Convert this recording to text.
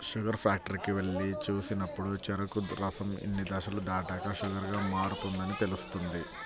sugar ఫ్యాక్టరీకి వెళ్లి చూసినప్పుడు చెరుకు రసం ఇన్ని దశలు దాటాక షుగర్ గా మారుతుందని తెలుస్తుంది